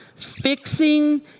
Fixing